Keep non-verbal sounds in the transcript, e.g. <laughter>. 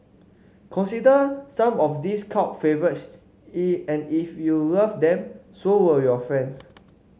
consider some of these cult <unintelligible> and if you love them so will your friends